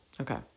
Okay